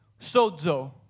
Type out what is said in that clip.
sozo